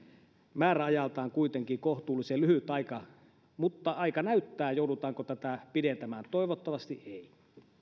määräajaltaan kuitenkin kohtuullisen lyhyt aika mutta aika näyttää joudutaanko tätä pidentämään toivottavasti